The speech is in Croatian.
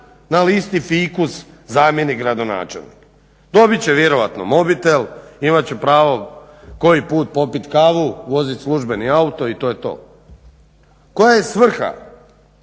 na listi fikus zamjenik gradonačelnika. Dobit će vjerojatno mobitel, imat će pravo koji put popit kavu, vozit službeni auto i to je to. Koja je svrha